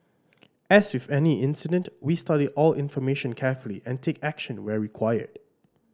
as with any incident we study all information carefully and take action where required